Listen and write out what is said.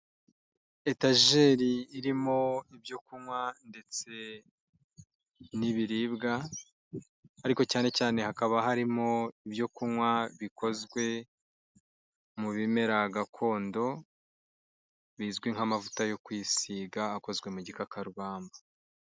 Etageri irimo ibyo kunywa, ndetse n'ibiribwa, ariko cyane cyane hakaba harimo ibyo kunywa bikozwe mu bimera gakondo, bizwi nk'amavuta yo kwisiga akozwe mu gikakarubamba.